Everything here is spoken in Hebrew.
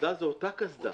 הקסדה היא אותה קסדה.